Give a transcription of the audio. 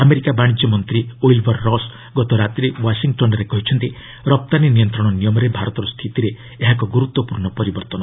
America ବାଣିଜ୍ୟ ମନ୍ତ୍ରୀ Wilbur Ross ଗତରାତିରେ ୱାର୍ଶିଟନ୍ରେ କହିଛନ୍ତି ରପ୍ତାନୀ ନିୟନ୍ତ୍ରଣ ନିୟମରେ ଭାରତର ସ୍ଥିତିରେ ଏହା ଏକ ଗୁରୁତ୍ୱପୂର୍ଣ୍ଣ ପରିବର୍ତ୍ତନ